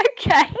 Okay